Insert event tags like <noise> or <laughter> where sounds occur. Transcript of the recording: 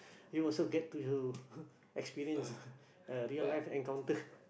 you also get to <laughs> experience <laughs> uh real life encounter <laughs>